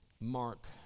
Mark